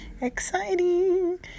exciting